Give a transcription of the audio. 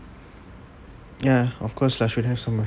ya of course lah should have some money